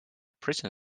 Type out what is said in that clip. prison